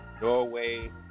Norway